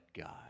God